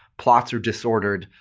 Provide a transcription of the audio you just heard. plots are disordered.